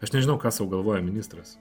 aš nežinau ką sau galvoja ministras